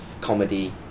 Comedy